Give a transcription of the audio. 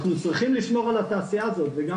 אנחנו צריכים לשמור על התעשייה הזאת וגם